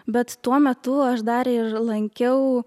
bet tuo metu aš dar ir lankiau